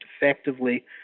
effectively